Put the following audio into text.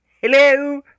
Hello